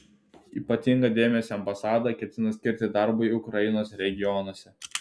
ypatingą dėmesį ambasada ketina skirti darbui ukrainos regionuose